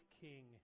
King